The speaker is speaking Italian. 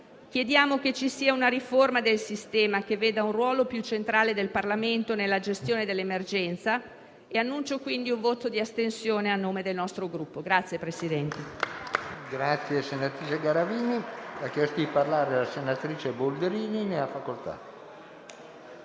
Chiediamo dunque che ci sia una riforma del sistema, che veda un ruolo più centrale del Parlamento nella gestione dell'emergenza e annuncio quindi un voto di astensione, a nome del Gruppo.